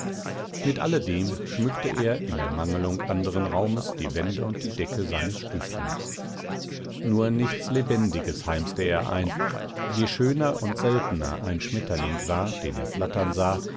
mit alledem schmückte er in ermangelung anderen raumes die wände und die decke seines stübchens nur nichts lebendiges heimste er ein je schöner und seltener ein schmetterling war den er flattern sah